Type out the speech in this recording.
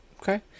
Okay